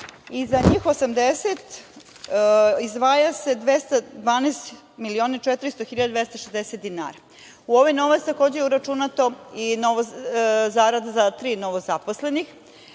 i za njih 80 izdvaja se 212 miliona 400 hiljada i 260 dinara. U ovaj novac je takođe uračunato i zarade za tri novozaposlenih,